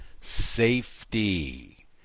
safety